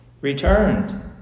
returned